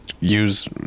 use